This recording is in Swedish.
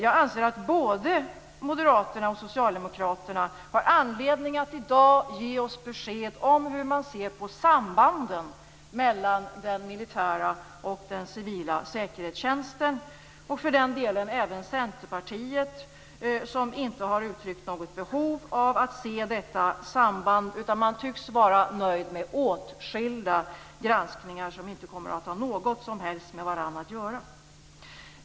Jag anser att både moderaterna och socialdemokraterna har anledning att i dag ge oss besked om hur man ser på sambanden mellan den militära och den civila säkerhetstjänsten. Det gäller även Centerpartiet, som inte har uttryck något behov av att se detta samband. Man tycks vara nöjd med åtskilda granskningar som inte kommer att ha något som helst med varandra att göra.